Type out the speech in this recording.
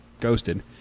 ghosted